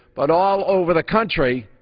but all over the country,